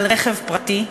על רכב פרטי,